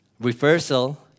reversal